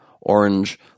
orange